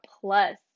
plus